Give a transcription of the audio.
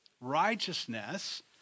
Righteousness